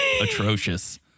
atrocious